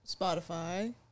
Spotify